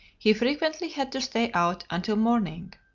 he frequently had to stay out until morning.